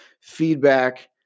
feedback